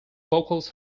vocals